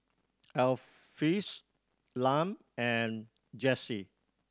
Alpheus Lum and Jesse